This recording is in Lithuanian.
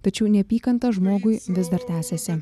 tačiau neapykanta žmogui vis dar tęsiasi